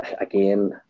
again